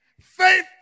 Faith